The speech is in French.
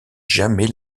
jamais